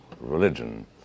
religion